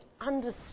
understood